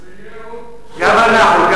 גם אנחנו.